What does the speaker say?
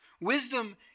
Wisdom